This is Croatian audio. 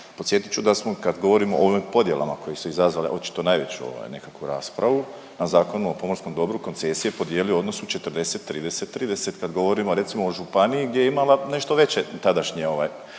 podsjetit ću da smo kad govorimo o ovim podjelama koje su izazvale očito najveću nekakvu raspravu na Zakonu o pomorskom dobru koncesije podijelio u odnosu 40:30:30 kad govorimo recimo o županiji gdje je imala nešto veće tadašnje postotke.